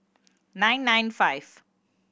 nine nine five